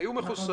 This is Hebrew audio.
היו מחוסנים,